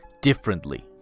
differently